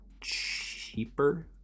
cheaper